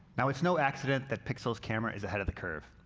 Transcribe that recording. now, it's no accident that pixel's camera is ahead of the curve.